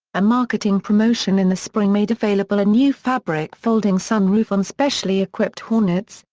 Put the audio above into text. a marketing promotion in the spring made available a new fabric folding sunroof on specially equipped hornets,